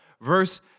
Verse